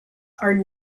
are